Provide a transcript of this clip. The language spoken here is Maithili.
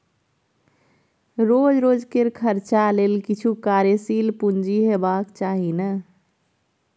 रोज रोजकेर खर्चा लेल किछु कार्यशील पूंजी हेबाक चाही ने